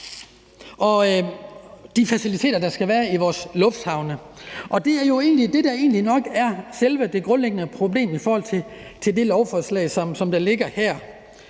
og de faciliteter, der skal være i vores lufthavne. Og det er jo egentlig nok er det grundlæggende problem med det lovforslag, som ligger her,